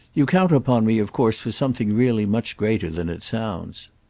you count upon me of course for something really much greater than it sounds.